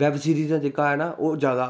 web series दा जेह्का ऐ ना ओह् जादा